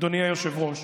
אדוני היושב-ראש?